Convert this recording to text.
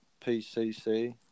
PCC